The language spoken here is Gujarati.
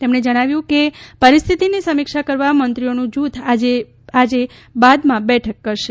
એમણે જણાવ્યું કે પરિસ્થિતિની સમિક્ષા કરવા મંત્રીઓનું જૂથ આજે બાદમાં બેઠક કરશે